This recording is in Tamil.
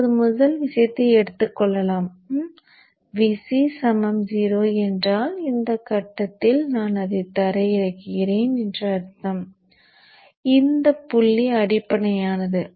இப்போது முதல் விஷயத்தை எடுத்துக் கொள்வோம் Vc 0 என்றால் இந்த கட்டத்தில் நான் அதை தரையிறக்குகிரேன் என்று அர்த்தம் இந்த புள்ளி அடிப்படையானது